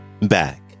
back